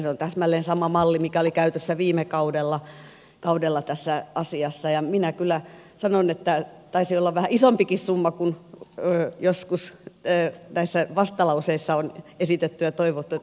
se on täsmälleen sama malli mikä oli käytössä viime kaudella tässä asiassa ja minä kyllä sanon että taisi olla vähän isompikin summa kuin joskus näissä vastalauseissa on esitetty ja toivottu